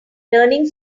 learning